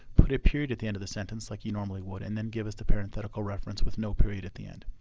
put a period at the end of the sentence like you normally would, and then give us the parenthetical reference with no period at the end.